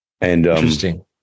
Interesting